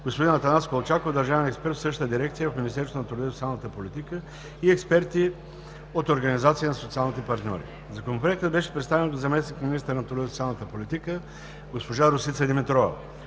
господин Атанас Колчаков –държавен експерт в същата дирекция в Министерството на труда и социалната политика, и експерти от организации на социалните партньори. Законопроектът беше представен от заместник-министъра на труда и социалната политика госпожа Росица Димитрова.